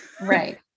Right